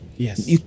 Yes